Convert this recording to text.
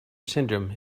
syndrome